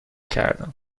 کردم